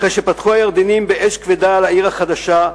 אחרי שפתחו הירדנים באש כבדה על העיר החדשה,